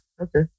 Okay